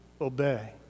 obey